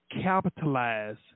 capitalize